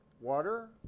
water